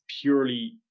purely